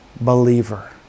believer